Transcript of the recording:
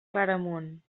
claramunt